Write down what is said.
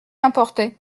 importait